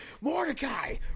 Mordecai